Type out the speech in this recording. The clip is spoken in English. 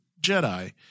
Jedi